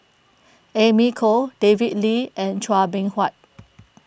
Amy Khor David Lee and Chua Beng Huat